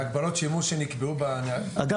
זה הגבלות שימוש שנקבעו --- אגב,